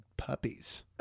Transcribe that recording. Puppies